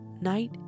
night